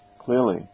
Clearly